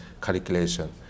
calculation